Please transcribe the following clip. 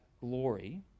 glory